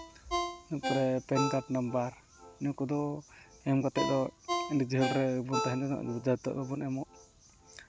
ᱤᱱᱟᱹ ᱯᱚᱨᱮ PAN card number ᱱᱤᱭᱟᱹ ᱠᱚᱫᱚ ᱮᱢ ᱠᱟᱛᱮᱜ ᱫᱚ ᱟᱹᱰᱤ ᱡᱷᱟᱹᱞ ᱨᱮᱵᱚᱱ ᱛᱟᱦᱮᱱᱟ ᱡᱟᱛᱮ ᱟᱞᱚᱵᱚᱱ ᱮᱢᱚᱜ